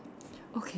okay